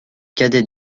cadet